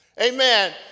Amen